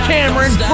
Cameron